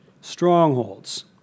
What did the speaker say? strongholds